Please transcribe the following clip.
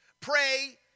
Pray